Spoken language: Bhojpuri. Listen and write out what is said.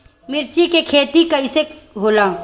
मिर्च के खेती कईसे होला?